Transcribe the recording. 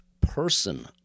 person